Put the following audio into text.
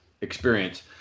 experience